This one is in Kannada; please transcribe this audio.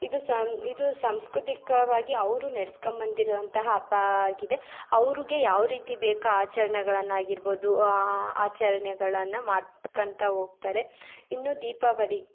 ಇದು ಸಂ ಇದು ಸಾಂಸ್ಕೃತಿಕವಾಗಿ ಅವರು ನೆಡ್ಸ್ಕಂಬಂದಿರುವಂತಹ ಹಬ್ಬ ಆಗಿದೆ ಅವರಿಗೆ ಯಾವ ರೀತಿ ಬೇಕಾ ಆಚರಣೆಗಳನ್ನಾಗಿರ್ಬೋದು ಆಚರಣೆಗಳನ್ನು ಮಾಡ್ಕಂತ ಹೋಗ್ತಾರೆ ಇನ್ನು ದೀಪಾವಳಿ